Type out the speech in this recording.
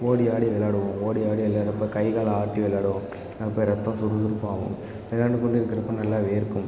ஓடி ஆடி விளையாடுவோம் ஓடி ஆடி விளையாட்றப்ப கை கால் ஆட்டி விளையாடுவோம் அப்போ ரத்தம் சுறுசுறுப்பாகும் விள்ளாண்டுக்கொண்டே இருக்குறப்போ நல்லா வேர்க்கும்